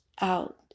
out